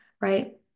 right